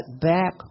back